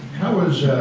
how is